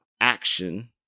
action